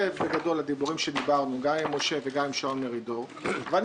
זה בגדול הדיבורים שדיברנו גם עם משה וגם עם שאול מרידור ואני